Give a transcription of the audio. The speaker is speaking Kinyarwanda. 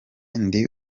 ndi